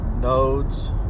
nodes